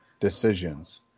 decisions